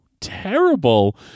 terrible